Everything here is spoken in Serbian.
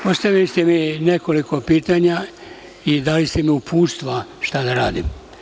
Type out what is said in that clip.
Postavili ste mi nekoliko pitanja i dali ste mi uputstva šta da radim.